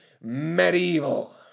Medieval